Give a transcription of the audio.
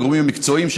הגורמים המקצועיים,